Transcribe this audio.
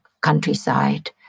countryside